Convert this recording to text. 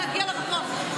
להגיע למקום.